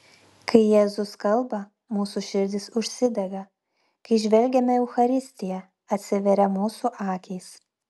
kai jėzus kalba mūsų širdys užsidega kai žvelgiame į eucharistiją atsiveria mūsų akys